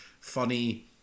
funny